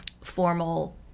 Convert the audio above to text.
formal